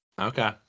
Okay